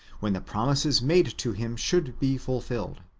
when the promises made to him should be fulfilled.